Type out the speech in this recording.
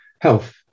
health